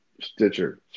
Stitcher